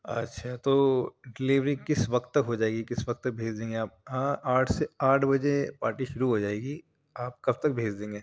اچھا تو ڈلیوری کس وقت تک ہو جائے گی کس وقت تک بھیج دیں گے آپ ہاں آٹھ سے آٹھ بجے پارٹی شروع ہو جائے گی آپ کب تک بھیج دیں گے